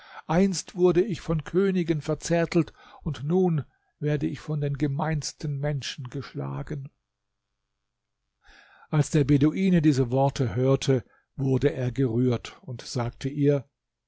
einst wurde ich von königen verzärtelt und nun werde ich von den gemeinsten menschen geschlagen als der beduine diese verse hörte wurde er gerührt und sagte ihr